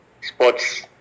sports